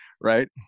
right